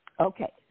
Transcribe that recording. Okay